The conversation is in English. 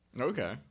Okay